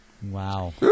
Wow